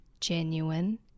genuine